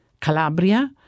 Calabria